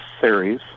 series